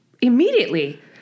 immediately